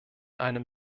einem